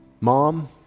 mom